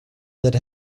that